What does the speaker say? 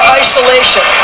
isolation